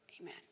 amen